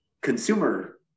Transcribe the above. consumer